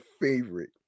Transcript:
Favorite